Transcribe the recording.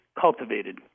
cultivated